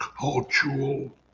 cultural